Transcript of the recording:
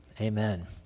amen